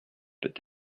peut